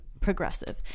progressive